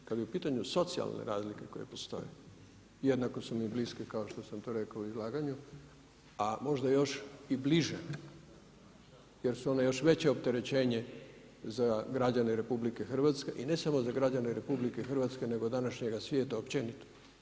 Kad je u pitanju socijalne razlike koje postoje jednako su mi bliske kao što sam to rekao u izlaganju a možda još i bliže jer su one još veće opterećenje za građane RH i ne samo za građane RH nego današnjega svijeta općenito.